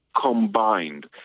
Combined